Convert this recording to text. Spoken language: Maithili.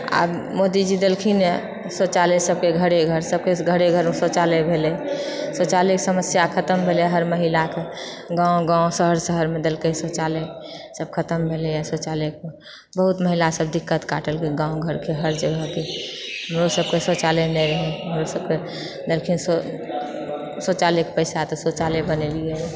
आब मोदीजी देलखिन ए शौचालय सबके घरे घर सबके घरे घर शौचालय भेलै शौचालयक समस्या खतम भेलै हर महिलाकऽ गाँव गाँव शहर शहरमे देलकै शौचालय सब खतम भेलैए शौचालयकऽ बहुत महिला सब दिक्कत काटलकै गाँव घरके हर जगहके हमरो सबकऽ शौचालय नै रहै हमरो सबकऽ देलखिन शौचालयकऽ पैसा तऽ शौचालय बनेलियै